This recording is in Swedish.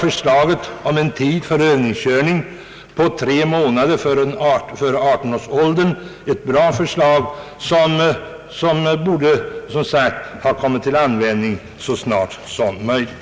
Förslaget om att övningskörning skulle få påbörjas tre månader före 18-årsåldern var därför ett bra förslag, som borde ha tillämpats så snart som möjligt.